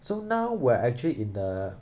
so now we're actually in the